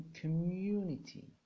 community